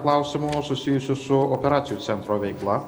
klausimų susijusių su operacijų centro veikla